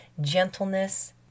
gentleness